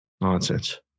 nonsense